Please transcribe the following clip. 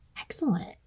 excellent